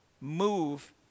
move